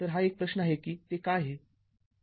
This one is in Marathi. तर हा एक प्रश्न आहे की ते का आहे